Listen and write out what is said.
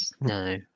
no